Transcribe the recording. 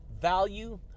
value